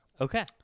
Okay